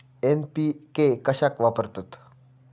NPK कशाक वापरतत?